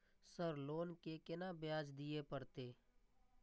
Sir loan के केना ब्याज दीये परतें?